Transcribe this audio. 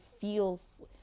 feels